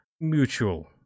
mutual